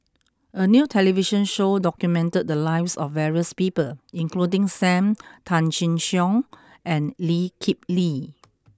a new television show documented the lives of various people including Sam Tan Chin Siong and Lee Kip Lee